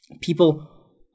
people